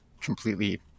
completely